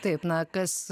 taip na kas